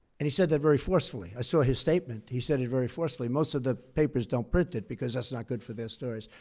and he said that very forcefully. i saw his statement. he said it very forcefully. most of the papers don't print it because that's not good for their stories.